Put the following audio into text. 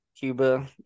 Cuba